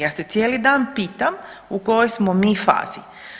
Ja se cijeli dan pitam u kojoj smo mi fazi.